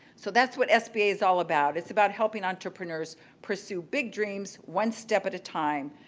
so that's what sba is all about. it's about helping entrepreneurs pursue big dreams one step at a time.